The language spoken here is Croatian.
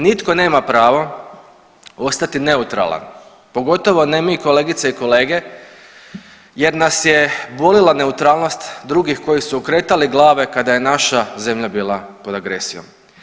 Nitko nema pravo ostati neutralan, pogotovo ne mi kolegice i kolege jer nas je bolila neutralnost drugih koji su okretali glave kada je naša zemlja bila pod agresijom.